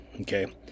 Okay